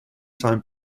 time